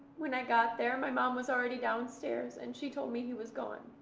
when i got there, my mom was already downstairs and she told me he was gone.